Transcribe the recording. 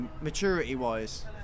maturity-wise